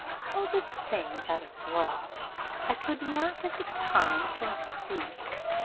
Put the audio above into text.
how the thing got abroad i could not at the time conceive,